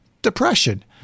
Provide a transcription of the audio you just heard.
depression